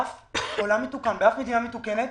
בעולם מתוקן, באף מדינה מתוקנת